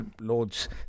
Lord's